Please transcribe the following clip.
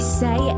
say